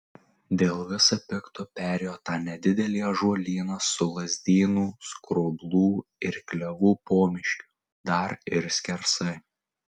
dėl viso pikto perėjo tą nedidelį ąžuolyną su lazdynų skroblų ir klevų pomiškiu dar ir skersai